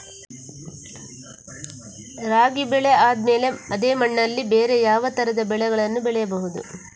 ರಾಗಿ ಬೆಳೆ ಆದ್ಮೇಲೆ ಅದೇ ಮಣ್ಣಲ್ಲಿ ಬೇರೆ ಯಾವ ತರದ ಬೆಳೆಗಳನ್ನು ಬೆಳೆಯಬಹುದು?